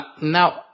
now